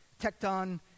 tecton